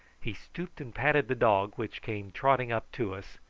he stooped and patted the dog, which came trotting up to us,